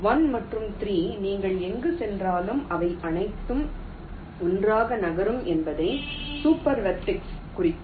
1 மற்றும் 3 நீங்கள் எங்கு சென்றாலும் அவை அனைத்தும் ஒன்றாக நகரும் என்பதை சூப்பர் வெர்டெக்ஸ் குறிக்கும்